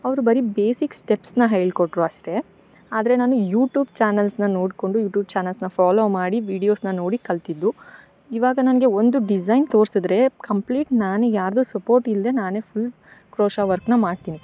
ಅವ್ರು ಬರಿ ಬೇಸಿಕ್ಸ್ ಸ್ಟೆಪ್ಸ್ನ ಹೇಳ್ಕೊಟ್ಟರು ಅಷ್ಟೇ ಆದರೆ ನಾನು ಯೂಟುಬ್ ಚಾನಲ್ಸ್ನ ನೋಡಿಕೊಂಡು ಯೂಟುಬ್ ಚಾನೆಲ್ಸ್ನ ಫಾಲೋ ಮಾಡಿ ವೀಡಿಯೊಸ್ನ ನೋಡಿ ಕಲಿತಿದ್ದು ಇವಾಗ ನಂಗೆ ಒಂದು ಡಿಸೈನ್ ತೋರಿಸಿದ್ರೆ ಕಂಪ್ಲೀಟ್ ನಾನೇ ಯಾರದೋ ಸಪೋರ್ಟ್ ಇಲ್ಲದೆ ನಾನೇ ಫುಲ್ ಕ್ರೋಶ ವರ್ಕ್ನ ಮಾಡ್ತಿನಿ